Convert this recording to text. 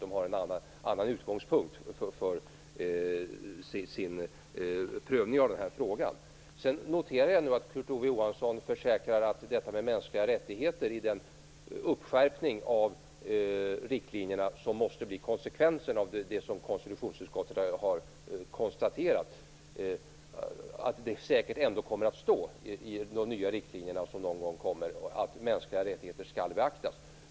De har en annan utgångspunkt för sin prövning av frågan. Jag noterar att Kurt Ove Johansson försäkrar att det kommer att bli en skärpning av de nya riktlinjerna när det gäller mänskliga rättigheter. Detta måste bli konsekvensen av konstitutionsutskottets konstaterande och innebär att det i de nya riktlinjerna, som någon gång kommer, kommer att stå att mänskliga rättigheter skall beaktas.